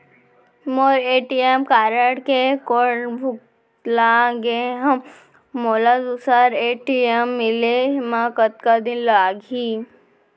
मोर ATM card के code भुला गे हव, मोला दूसर ए.टी.एम मिले म कतका दिन लागही?